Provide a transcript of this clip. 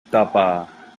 tapa